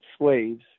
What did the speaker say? slaves